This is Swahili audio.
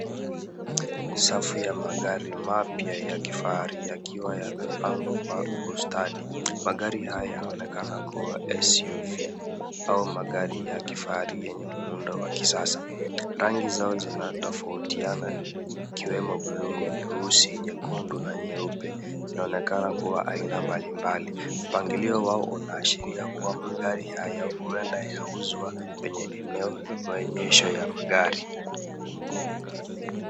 Safu ya magari mapya ya kifahari yakiwa yamepangwa kwa ustadi. Magari haya yanaonekana kuwa SUV au magari ya kifahari yenye muundo wa kisasa. Rangi zao zinatofautiana ikiwemo bluu, nyeusi, nyekundu na nyeupe. Zinaonekana kuwa aina mbalimbali. Mpangilio wao unaashiria kuwa magari haya huenda yauzwa kwenye eneo ya maonyesho ya magari.